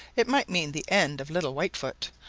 it might mean the end of little whitefoot,